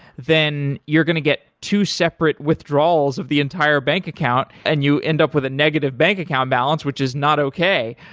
then you're going to get two separate withdrawals of the entire bank account and you end up with a negative bank account balance, which is not okay.